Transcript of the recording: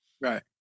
Right